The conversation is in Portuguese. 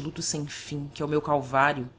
luto sem fim que é o meu calvário